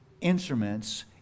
instruments